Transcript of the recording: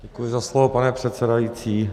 Děkuji za slovo, pane předsedající.